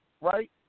right